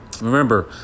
remember